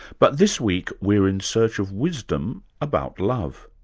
but this week we're in search of wisdom about love.